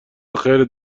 خیرت